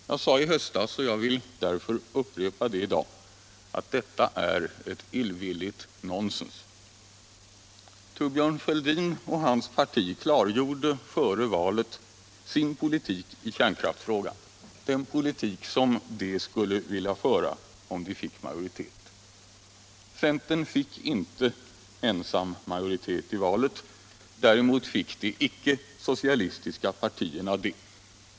Jag sade i höstas och vill upprepa det i dag att detta är illvilligt nonsens. Thorbjörn Fälldin och hans parti klargjorde före valet sin politik i kärnkraftsfrågan; den politik de skulle vilja föra om de fick majoritet. Centern fick inte ensam majoritet i valet. Däremot fick de icke-socialistiska partierna det.